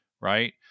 right